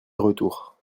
retour